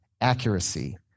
accuracy